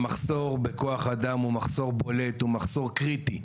המחסור בכוח אדם הוא מחסור בולט, הוא מחסור קריטי.